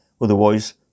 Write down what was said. Otherwise